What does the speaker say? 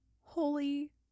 Holy